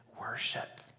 worship